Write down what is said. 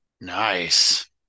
nice